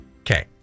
Okay